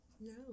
No